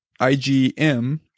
IgM